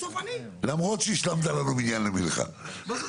למרות שהשלמת לנו מניין למנחה.